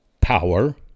power